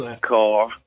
car